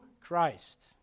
Christ